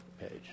page